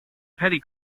petty